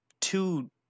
two